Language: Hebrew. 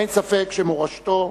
אין ספק שמורשתו